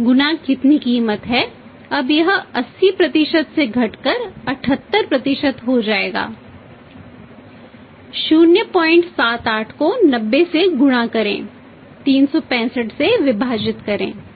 गुना कितनी कीमत है अब वह 80 से घटकर 78 हो जाएगा 078 को 90 से गुणा करें 365 से विभाजित करें सही